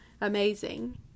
Amazing